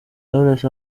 knowless